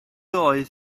oedd